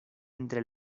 entre